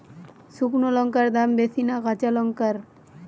শুক্নো লঙ্কার দাম বেশি না কাঁচা লঙ্কার?